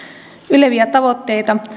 yleviä tavoitteita